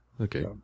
okay